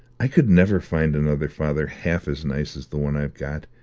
i could never find another father half as nice as the one i've got.